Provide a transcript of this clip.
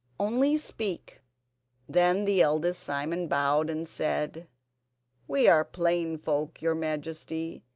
only speak then the eldest simon bowed and said we are plain folk, your majesty,